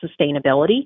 sustainability